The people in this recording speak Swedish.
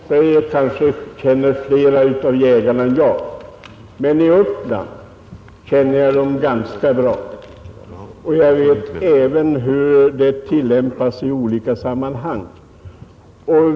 Herr talman! Det är nog riktigt att herr Mossberger känner flera av jägarna än jag gör. Men jägarna i Uppland känner jag ganska bra.